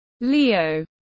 Leo